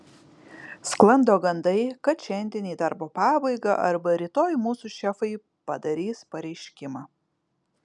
sklando gandai kad šiandien į darbo pabaigą arba rytoj mūsų šefai padarys pareiškimą